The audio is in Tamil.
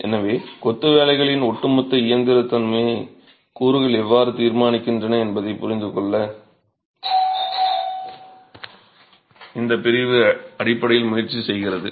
எனவே கொத்து வேலைகளின் ஒட்டுமொத்த இயந்திர தன்மையை கூறுகள் எவ்வாறு தீர்மானிக்கின்றன என்பதைப் புரிந்துகொள்ள இந்தப் பிரிவு அடிப்படையில் முயற்சிக்கிறது